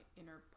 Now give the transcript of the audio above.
inner